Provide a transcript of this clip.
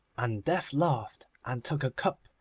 and death laughed, and took a cup,